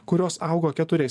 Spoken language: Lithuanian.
kurios augo keturiais